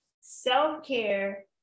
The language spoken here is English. Self-care